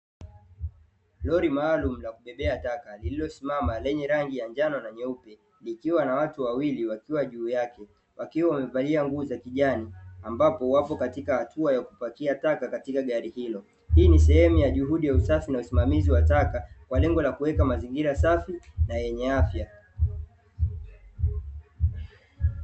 Lori maalumu la kubebea taka lililosimama lenye rangi ya njano na nyeupe, likiwa na watu wawili wakiwa juu yake, wakiwa wamevalia nguo za kijani ambapo wapo katika hatua ya kupakia taka katika gari hilo. Hii ni sehemu ya juhudi ya usafi na usimamizi wa taka, kwa lengo la kuweka mazingira safi na yenye afya.